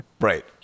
Right